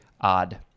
odd